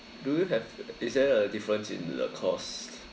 do you have is there a difference in the cost